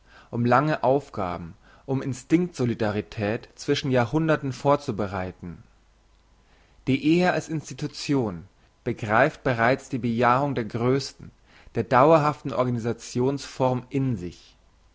um lange aufgaben um instinkt solidarität zwischen jahrhunderten vorzubereiten die ehe als institution begreift bereits die bejahung der grössten der dauerhaftesten organisationsform in sich